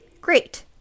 great